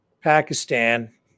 Pakistan